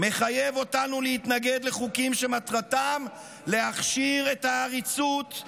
מחייב אותנו להתנגד לחוקים שמטרתם להכשיר את העריצות,